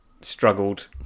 struggled